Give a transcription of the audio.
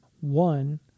One